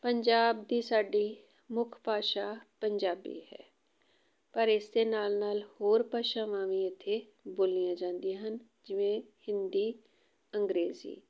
ਪੰਜਾਬ ਦੀ ਸਾਡੀ ਮੁੱਖ ਭਾਸ਼ਾ ਪੰਜਾਬੀ ਹੈ ਪਰ ਇਸ ਦੇ ਨਾਲ ਨਾਲ ਹੋਰ ਭਾਸ਼ਾਵਾਂ ਵੀ ਇੱਥੇ ਬੋਲੀਆਂ ਜਾਂਦੀਆਂ ਹਨ ਜਿਵੇਂ ਹਿੰਦੀ ਅੰਗਰੇਜ਼ੀ